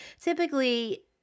typically